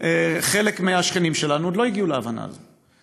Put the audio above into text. חלק מהשכנים שלנו עוד לא הגיעו להבנה הזאת,